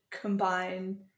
combine